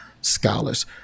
scholars